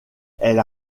elle